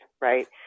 right